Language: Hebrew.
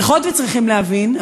צריכות וצריכים להבין,